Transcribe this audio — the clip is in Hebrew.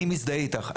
אני מזדהה איתך.